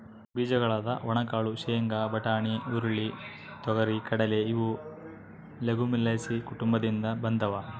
ಬೀಜಗಳಾದ ಒಣಕಾಳು ಶೇಂಗಾ, ಬಟಾಣಿ, ಹುರುಳಿ, ತೊಗರಿ,, ಕಡಲೆ ಇವು ಲೆಗುಮಿಲೇಸಿ ಕುಟುಂಬದಿಂದ ಬಂದಾವ